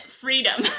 freedom